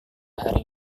hari